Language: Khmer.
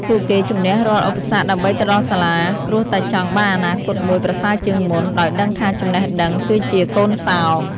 ពួកគេជម្នះរាល់ឧបសគ្គដើម្បីទៅដល់សាលា ព្រោះតែចង់បានអនាគតមួយប្រសើរជាងមុន ដោយដឹងថាចំណេះដឹងគឺជាកូនសោរ។